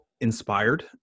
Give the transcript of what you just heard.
inspired